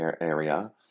area